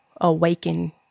awaken